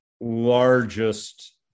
largest